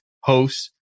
hosts